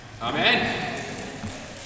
Amen